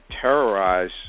terrorize